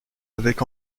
avec